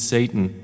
Satan